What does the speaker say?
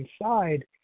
inside